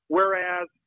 Whereas